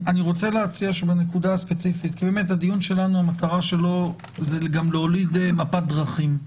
המטרה של הדיון שלנו גם להוליד מפת דרכים.